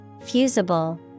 fusible